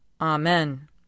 Amen